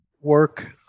work